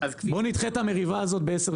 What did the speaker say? בואו נדחה את המריבה הזאת בעשר שנים.